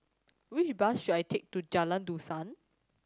which bus should I take to Jalan Dusan